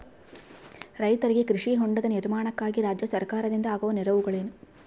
ರೈತರಿಗೆ ಕೃಷಿ ಹೊಂಡದ ನಿರ್ಮಾಣಕ್ಕಾಗಿ ರಾಜ್ಯ ಸರ್ಕಾರದಿಂದ ಆಗುವ ನೆರವುಗಳೇನು?